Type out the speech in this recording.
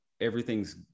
everything's